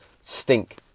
stink